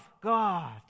God